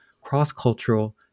cross-cultural